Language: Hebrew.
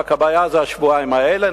רק הבעיה היא השבועיים האלה,